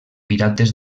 pirates